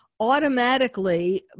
automatically